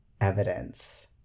evidence